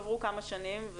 עברו כמה שנים.